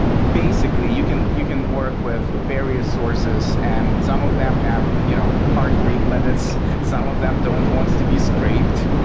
basically you can you can work with various sources and some of them have, you know, hard rate limits. some of them don't want to be scraped.